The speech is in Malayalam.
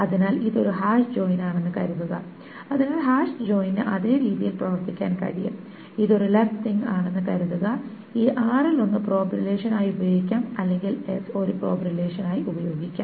അതിനാൽ ഇത് ഒരു ഹാഷ് ജോയിൻ ആണെന്ന് കരുതുക അതിനാൽ ഹാഷ് ജോയിനിന് അതേ രീതിയിൽ പ്രവർത്തിക്കാൻ കഴിയും ഇത് ഒരു ലെഫ്റ് തിങ് ആണെന്ന് കരുതുക ഈ r ൽ ഒന്ന് പ്രോബ് റിലേഷൻ ആയി ഉപയോഗിക്കാം അല്ലെങ്കിൽ s ഒരു പ്രോബ് റിലേഷൻ ആയി ഉപയോഗിക്കാം